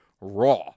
raw